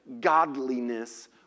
godliness